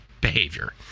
behavior